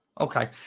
okay